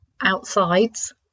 outsides